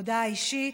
הודעה אישית.